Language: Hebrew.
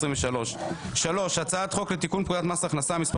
התשפ"ג-2023; 3. הצעת חוק לתיקון פקודת מס הכנסה (מס'